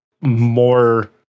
more